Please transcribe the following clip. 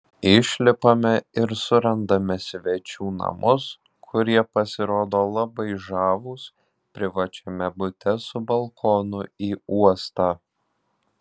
išlipame ir surandame svečių namus kurie pasirodo labai žavūs privačiame bute su balkonu į uostą